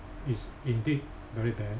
is indeed very bad